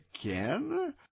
again